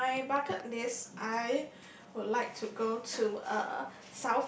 on my bucket list I would like to go to uh